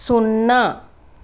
సున్నా